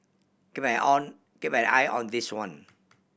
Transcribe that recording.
keep an eye on this one